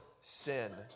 sin